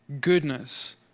goodness